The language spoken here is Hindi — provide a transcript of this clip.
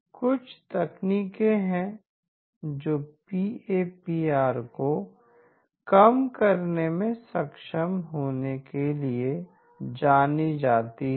कुछ तकनीकें हैं जो पी ए पी आर को कम करने में सक्षम होने के लिए जानी जाती हैं